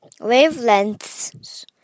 wavelengths